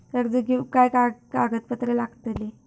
कर्ज घेऊक काय काय कागदपत्र लागतली?